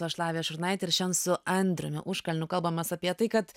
aš lavija šurnaitė ir šiandien su andriumi užkalniu kalbamės apie tai kad